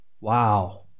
Wow